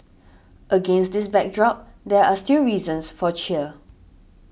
against this backdrop there are still reasons for cheer